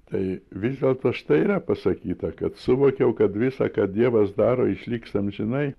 tai vis dėlto štai yra pasakyta kad suvokiau kad visa ką dievas daro išliks amžinai